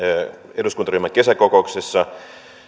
eduskuntaryhmän kesäkokouksessa